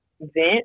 vent